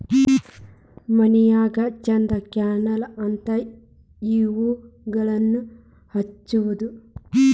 ಮನ್ಯಾಗ ಚಂದ ಕಾನ್ಲಿ ಅಂತಾ ಇವುಗಳನ್ನಾ ಹಚ್ಚುದ